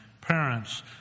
Parents